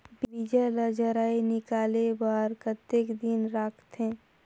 बीजा ला जराई निकाले बार कतेक दिन रखथे?